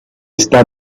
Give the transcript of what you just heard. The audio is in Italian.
sta